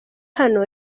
hano